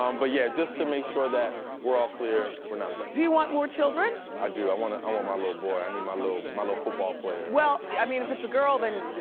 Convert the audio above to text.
um but yeah, just to make sure that we're all clear, we're not pregnant. do you want more children? i do, i want i want my little boy, i need my little my little football player. well, i mean, if it's a girl, then.